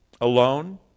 alone